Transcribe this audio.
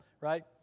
right